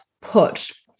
put